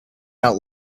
out